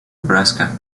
nebraska